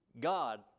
God